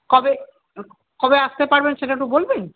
কবে কবে আসতে পারবেন সেটা একটু বলবেন